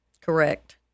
Correct